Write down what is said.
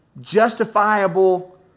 justifiable